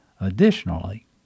additionally